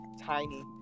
Tiny